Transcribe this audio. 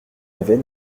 avait